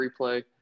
replay